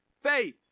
faith